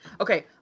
Okay